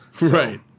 Right